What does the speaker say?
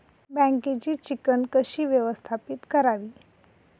बँकेची चिकण कशी व्यवस्थापित करावी?